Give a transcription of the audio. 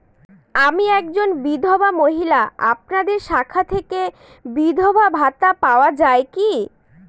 আমি একজন বিধবা মহিলা আপনাদের শাখা থেকে বিধবা ভাতা পাওয়া যায় কি?